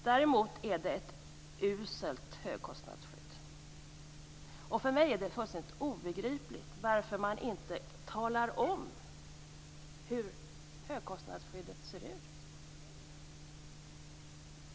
Däremot är det ett uselt högkostnadsskydd. För mig är det fullständigt obegripligt varför man inte talar om hur högkostnadsskyddet ser ut.